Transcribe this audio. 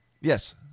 Yes